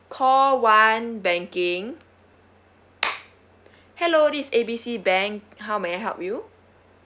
call one banking hello this is A B C bank how may I help you